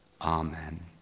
Amen